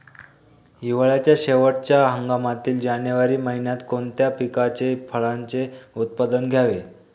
हिवाळ्याच्या शेवटच्या हंगामातील जानेवारी महिन्यात कोणत्या पिकाचे, फळांचे उत्पादन घ्यावे?